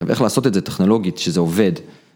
ואיך לעשות את זה טכנולוגית, שזה עובד.